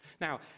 Now